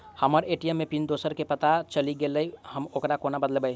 हम्मर ATM PIN दोसर केँ पत्ता चलि गेलै, हम ओकरा कोना बदलबै?